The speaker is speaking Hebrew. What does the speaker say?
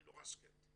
אני נורא סקפטי.